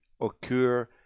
occur